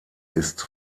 ist